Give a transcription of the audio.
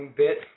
bit